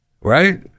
right